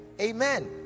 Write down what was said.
Amen